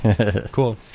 Cool